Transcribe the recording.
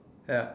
ya